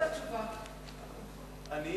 אני,